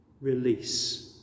release